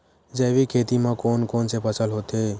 जैविक खेती म कोन कोन से फसल होथे?